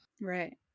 Right